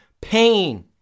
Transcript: pain